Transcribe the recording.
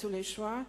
ניצולי השואה,